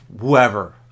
whoever